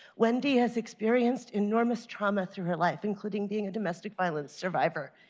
wendy has experienced enormous trauma through her life, including being intimate violence survivor.